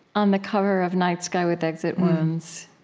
on the cover of night sky with exit wounds,